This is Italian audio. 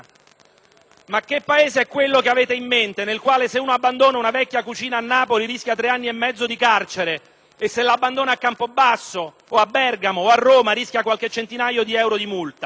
Ma che Paese è quello che avete in mente, nel quale se uno abbandona una vecchia cucina a Napoli rischia tre anni e mezzo di carcere e se l'abbandona a Campobasso o a Bergamo o a Roma rischia qualche centinaio di euro di multa?